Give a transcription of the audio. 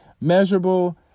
measurable